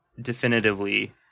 definitively